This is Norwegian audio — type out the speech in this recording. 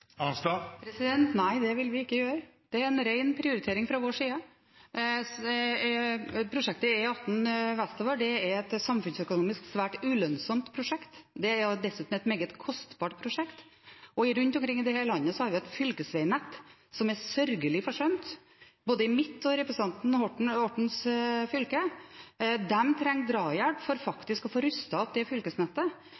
Nei, det vil vi ikke gjøre. Det er en rein prioritering fra vår side. Prosjektet E18 vestover er et samfunnsøkonomisk svært ulønnsom prosjekt. Det er dessuten et meget kostbart prosjekt. Rundt omkring i dette landet har vi et fylkesveinett som er sørgelig forsømt, både i mitt og i representanten Ortens fylke. De trenger drahjelp for